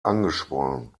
angeschwollen